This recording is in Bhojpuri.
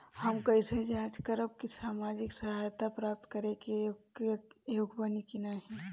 हम कइसे जांच करब कि सामाजिक सहायता प्राप्त करे के योग्य बानी की नाहीं?